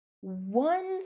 one